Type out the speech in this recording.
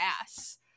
ass